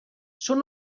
són